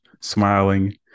smiling